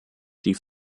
die